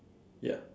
ya